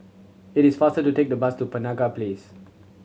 it is faster to take the bus to Penaga Place